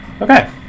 Okay